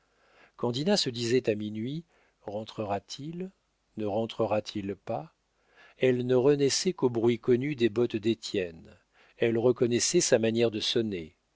se disait à minuit rentrera-t-il ne rentrera-t-il pas elle ne renaissait qu'au bruit connu des bottes d'étienne elle reconnaissait sa manière de sonner